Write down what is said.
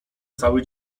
cały